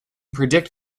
predict